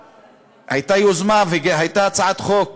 הייתה יוזמה והייתה הצעת חוק